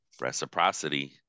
Reciprocity